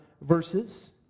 verses